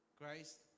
Christ